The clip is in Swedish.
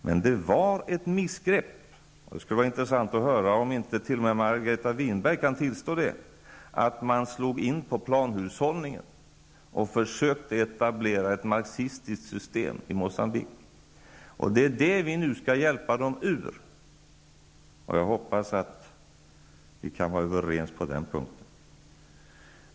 Men det var ett missgrepp -- det skulle vara intressant att höra om inte t.o.m. Margareta Winberg kan tillstå det -- att i Moçambique slå in på planhushållningens väg och försöka etablera ett marxistiskt system. Det är det vi nu skall hjälpa dem ur. Jag hoppas att vi kan vara överens på den punkten.